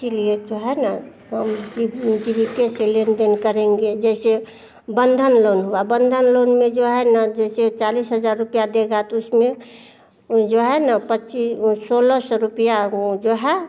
इसलिए तो है ना फोन की जीविका से लेन देन करेंगे जैसे बंधन लोन हुआ बंधन लोन में जो है ना जैसे चालिस हजार रुपया देगा तो उसमें जो है ना पर्ची वो सोलह सौ रुपया जो है